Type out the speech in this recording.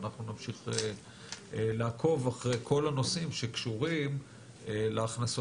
ואנחנו נמשיך לעקוב אחרי כל הנושאים שקשורים להכנסות